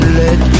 let